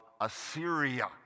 Assyria